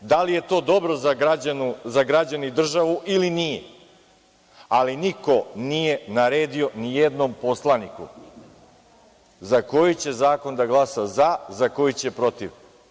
Sada, da li je to dobro za građane i državu ili nije, ali niko nije naredio nijednom poslaniku za koji će zakon da glasa za, za koji će protiv.